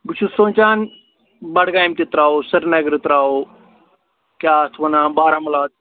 بہٕ چھُس سونٛچان بَڈگامہِ تہِ ترٛاوَو سِریٖنگرٕ ترٛاوَو کیٛاہ اَتھ وَنان بارہمولہ